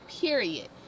Period